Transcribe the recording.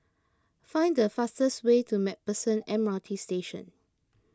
find the fastest way to MacPherson M R T Station